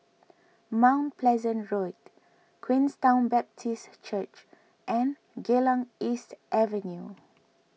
Mount Pleasant Road Queenstown Baptist Church and Geylang East Avenue